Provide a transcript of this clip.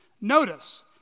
Notice